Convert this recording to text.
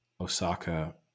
Osaka